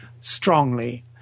strongly